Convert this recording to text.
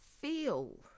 feel